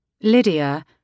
Lydia